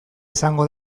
izango